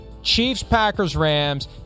Chiefs-Packers-Rams